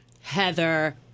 Heather